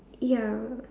ya